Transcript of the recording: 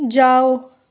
जाओ